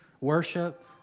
worship